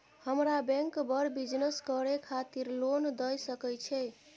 हमरा बैंक बर बिजनेस करे खातिर लोन दय सके छै?